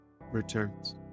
returns